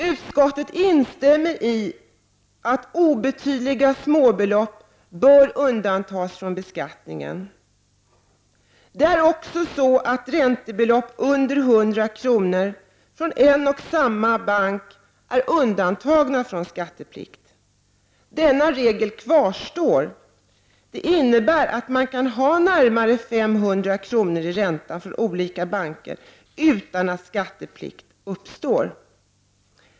Utskottet instämmer i att obetydliga småbelopp bör undantas från beskattning. Räntebelopp under 100 kr. från en och samma bank är dessutom undantagna från skatteplikt. Denna regel kvarstår. Det innebär att man kan ha närmare 500 kr. i ränta från olika banker utan att skatteplikt uppstår.